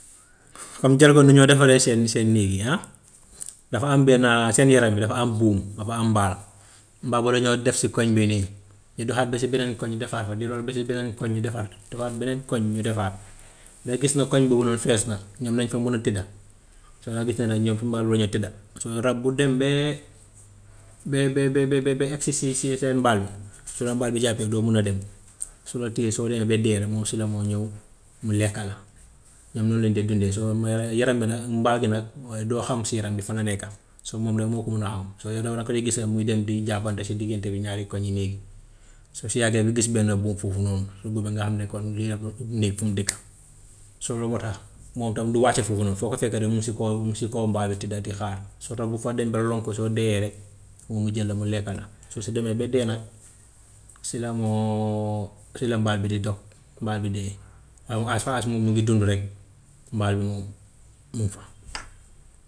Xam jargoñ nu ñoo defaree seen seen néeg yi ah, dafa am benn seen yaram bi dafa am buum dafa am mbaal, mbaal boobu lañoo def si koñ bi nii ñu doxaat ba si beneen koñ defaat fa, delluwaat ba si beneen koñ ñu defaat ko, demaat beneen koñ ñu defaat ngay gis ne koñ boobu noonu fees na ñoom nañu fa mun a tëdda, si ngay gis ne nag ñoom mën nañoo tëdda. So rab bu dem be be be be be egg si si seen mbaal bi, su la mbaal bi jàppee doo mun a dem, su la téyee soo demee ba dee rek moom si la moo ñëw mu lekk la, ñoom noonu lañ dee dundee. So yaram bi nag, mbaal bi nag doo si yaram bi fan la nekka, so moom rek moo ko mun a xam so yow danga ko dee gis muy dem di jaabante si diggante bi ñaari koñi néeg yi, so su yàggee mu gis benn buum foofu noonu, si buum bi nga xam ne kon néeg fi mu dëkka. so loolu moo tax moom tam du wàcc foofu noonu, foo ko fekk rek mu ngi si kaw mu ngi si kaw mbaal bi tëdda di xaar soto bu fa dem ba lonku soo deeyee rek mu jël la mu lekk la. Su su demee ba dee nag si la moo si la mbaal bi di dog, mbaal bi dee, waaw bi moom mu ngi dund rek, mbaal bi moom mu ngi fa.